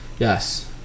Yes